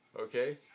Okay